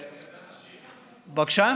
בבקשה?